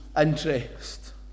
interest